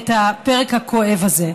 את הפרק הכואב הזה.